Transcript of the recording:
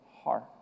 heart